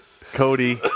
Cody